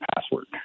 password